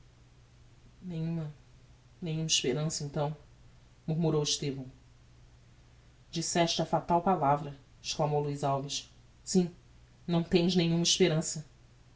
nenhuma nenhuma esperança então murmurou estevão disseste a fatal palavra exclamou luiz alves sim não tens nenhuma esperança